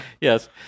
yes